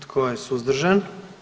Tko je suzdržan?